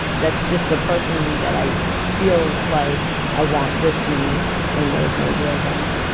that's just the person that i feel like i want with me in those major events